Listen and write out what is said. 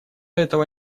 этого